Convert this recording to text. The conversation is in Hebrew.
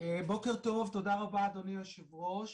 בוקר טוב, תודה רבה אדוני יושב הראש.